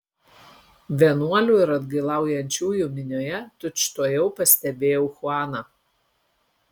vienuolių ir atgailaujančiųjų minioje tučtuojau pastebėjau chuaną